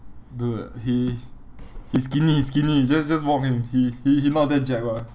dude he he skinny he skinny just just mock him he he not that jacked lah